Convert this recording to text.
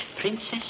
Princess